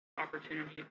opportunity